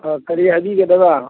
ꯑꯥ ꯀꯔꯤ ꯍꯥꯏꯕꯤꯒꯗꯕ